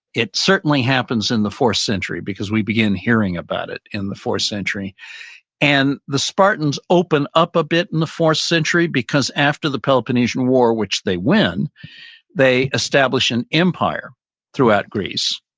it certainly happens in the fourth century because we begin hearing about it in the fourth century and the spartans open up a bit in the fourth century because after the peloponnesian war, which they, when they establish an empire throughout greece,